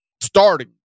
starting